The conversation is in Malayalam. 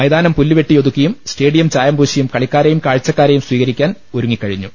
മൈതാനം പുല്ലുവെട്ടിയൊതുക്കിയും സ്റ്റേഡിയം ചായം പൂശിയും കളിക്കാരെയും കാഴ്ചക്കാരെയും സ്വീകരിക്കാൻ ഒരു ങ്ങിക്കഴിഞ്ഞു